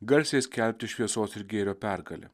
garsiai skelbti šviesos ir gėrio pergalę